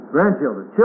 Grandchildren